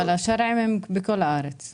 כן, אבל השרעים בכל הארץ.